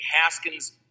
Haskins